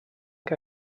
que